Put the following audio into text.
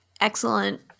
excellent